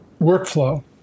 workflow